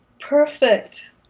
Perfect